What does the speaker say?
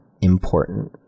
important